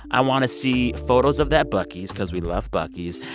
i want to see photos of that buc-ee's cause we love buc-ee's.